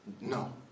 no